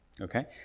okay